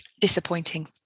disappointing